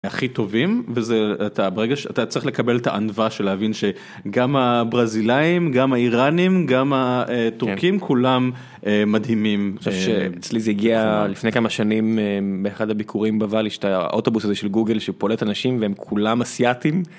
הכי טובים וזה אתה ברגע שאתה צריך לקבל את הענווה של להבין שגם הברזילאים גם האיראנים גם הטורקים כולם מדהימים. לפני כמה שנים באחד הביקורים בוואלי של האוטובוס הזה של גוגל שפולט אנשים והם כולם אסייתים.